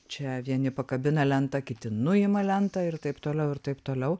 čia vieni pakabina lentą kiti nuima lentą ir taip toliau ir taip toliau